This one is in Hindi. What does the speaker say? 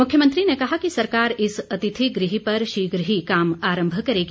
मुख्यमंत्री ने कहा कि सरकार इस अतिथि गृह पर शीघ्र ही काम आरम्भ करेगी